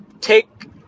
take